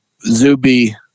Zuby